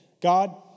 God